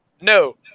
no